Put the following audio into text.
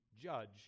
judge